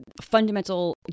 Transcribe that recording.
fundamental